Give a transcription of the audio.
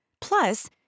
Plus